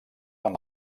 amb